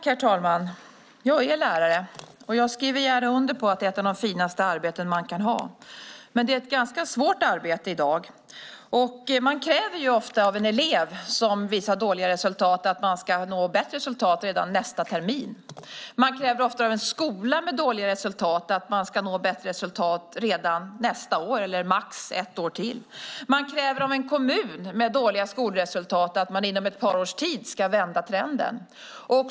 Herr talman! Jag är lärare, och jag skriver gärna under på att det är ett av de finaste arbeten man kan ha. Det är dock ett ganska svårt arbete i dag. Man kräver ofta av en elev som visar dåliga resultat att den ska nå bättre resultat redan nästa termin. Man kräver ofta av en skola med dåliga resultat att den ska nå bättre resultat året efter, eller max ytterligare ett år. Man kräver av en kommun med dåliga skolresultat att man inom ett par års tid ska vända trenden.